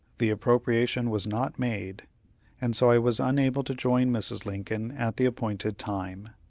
the appropriation was not made and so i was unable to join mrs. lincoln at the appointed time.